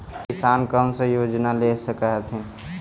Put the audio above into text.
किसान कोन सा योजना ले स कथीन?